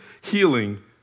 healing